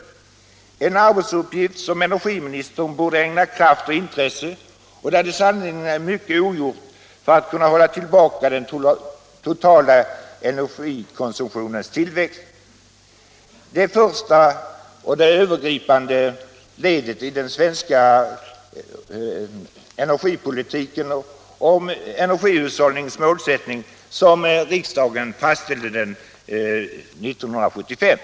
Det är en arbetsuppgift som energiministern borde ägna kraft och intresse, och där det i sanning är mycket ogjort för att hålla tillbaka den totala energikonsumtionens tillväxt — det första och övergripande ledet i den svenska energipolitiken och i energihushållningens målsättning som riksdagen fastställde 1975.